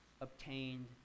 obtained